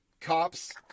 cops